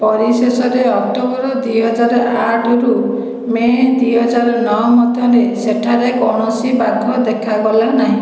ପରିଶେଷରେ ଅକ୍ଟୋବର ଦୁଇହଜାର ଆଠରୁ ମେ ଦୁଇହଜାର ନଅ ମଧ୍ୟରେ ସେଠାରେ କୌଣସି ବାଘ ଦେଖାଗଲା ନାହିଁ